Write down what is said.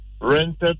rented